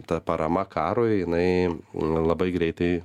ta parama karui jinai nu labai greitai